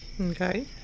Okay